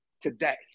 today